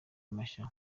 mashya